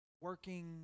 working